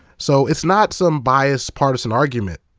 so, it's not some biased, partisan argument,